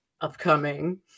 upcoming